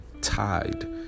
tied